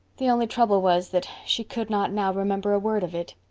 the only trouble was that she could not now remember a word of it.